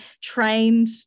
trained